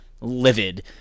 livid